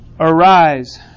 Arise